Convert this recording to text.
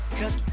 cause